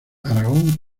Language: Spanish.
aragón